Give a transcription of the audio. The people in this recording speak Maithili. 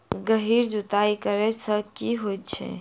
गहिर जुताई करैय सँ की होइ छै?